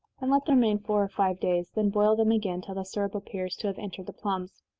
and let them remain four or five days, then boil them again, till the syrup appears to have entered the plums.